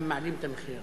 הם מעלים את המחיר,